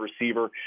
receiver